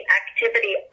activity